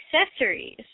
accessories